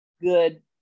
good